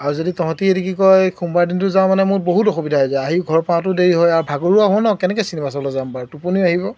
আৰু যদি তহঁতি এইটো কি কয় সোমবাৰ দিনটোত যাওঁ মানে মোৰ বহুত অসুবিধা হৈ যায় আহি ঘৰ পাওঁতেও দেৰি হয় আৰু ভাগৰুৱা হওঁ ন কেনেকৈ চিনেমা চাবলৈ যাম বাৰু টোপনিও আহিব